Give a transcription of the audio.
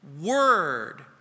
word